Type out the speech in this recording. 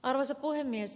arvoisa puhemies